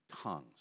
tongues